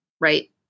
right